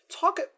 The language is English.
talk